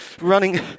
running